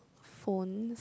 phone